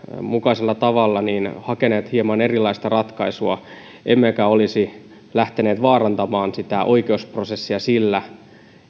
mukaisella tavalla hakeneet hieman erilaista ratkaisua emmekä olisi lähteneet vaarantamaan sitä oikeusprosessia sillä